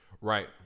Right